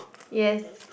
yes